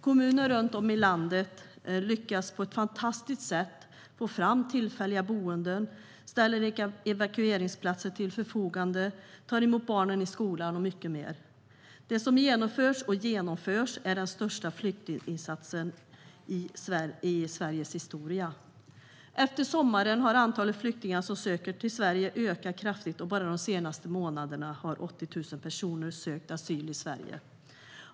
Kommuner runt om i landet lyckas på ett fantastiskt sätt få fram tillfälliga boenden, ställer evakueringsplatser till förfogande, tar emot barnen i skolan och mycket mer. Det som har genomförts och genomförs är den största flyktinginsatsen i Sveriges historia. Efter sommaren har antalet flyktingar som söker sig till Sverige ökat kraftigt, och bara de senaste månaderna har 80 000 personer sökt asyl i Sverige.